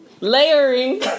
Layering